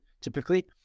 typically